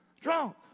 Drunk